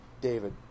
David